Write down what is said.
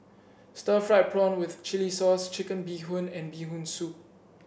Stir Fried Prawn with Chili Sauce Chicken Bee Hoon and Bee Hoon Soup